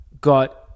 Got